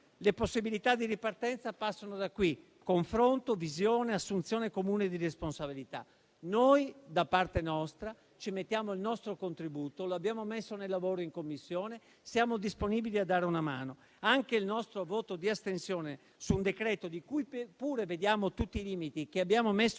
Le possibilità di ripartenza passano da qui: confronto, visione, assunzione comune di responsabilità. Noi, da parte nostra, ci mettiamo il nostro contributo, lo abbiamo messo nel lavoro in Commissione e siamo disponibili a dare una mano. Anche il nostro voto di astensione su un decreto-legge di cui pure vediamo tutti i limiti, che abbiamo messo